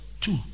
two